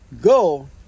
Go